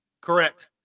Correct